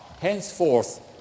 henceforth